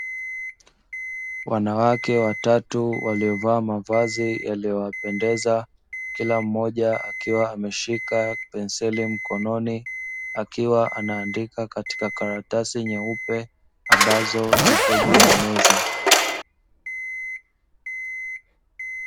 Wanawake watatu waliovaa mavazi yaliyowapendeza kila mmoja akiwa ameshika penseli mkononi akiwa anaandika katika karatasi nyeupe ambazo zipo juu ya meza.